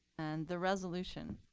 and the resolution.